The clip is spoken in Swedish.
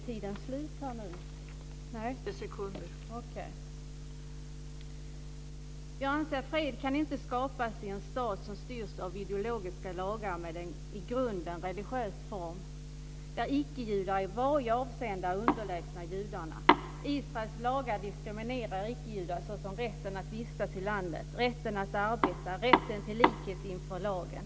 Jag anser att fred inte kan skapas i en stat som styrs av ideologiska lagar med en i grunden religiös form, där icke-judar i varje avseende är underlägsna judarna. Israels lagar diskriminerar icke-judar. Det gäller rätten att vistas i landet, rätten att arbeta och rätten till likhet inför lagen.